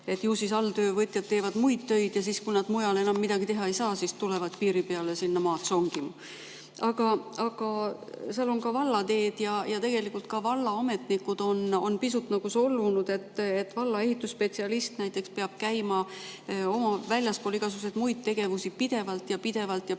et ju siis alltöövõtjad teevad muid töid ja siis, kui nad mujal enam midagi teha ei saa, siis tulevad piiri peale maad songima. Aga seal on ka vallateed ja vallaametnikud on pisut solvunud, et valla ehitusspetsialist näiteks peab käima väljaspool oma igasuguseid muid tegevusi pidevalt ja pidevalt ja pidevalt